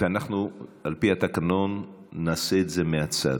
אנחנו על פי התקנון נעשה את זה מהצד.